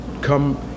come